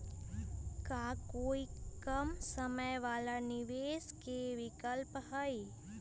का कोई कम समय वाला निवेस के विकल्प हई?